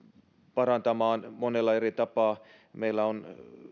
parantamaan monella eri tapaa